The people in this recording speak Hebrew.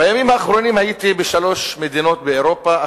בימים האחרונים הייתי בשלוש מדינות באירופה.